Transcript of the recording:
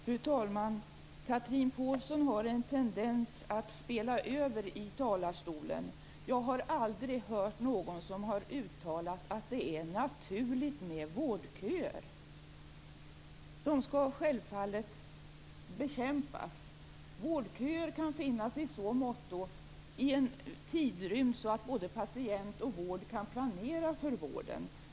Fru talman! Chatrine Pålsson har en tendens att spela över i talarstolen. Jag har aldrig hört någon uttala att det är naturligt med vårdköer. De skall självfallet bekämpas. Vårdköer kan finnas i en tidrymd så att både patient och vård kan planera för vården.